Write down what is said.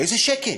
איזה שקט.